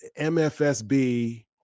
MFSB